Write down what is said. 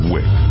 Wick